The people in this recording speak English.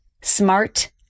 smart